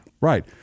Right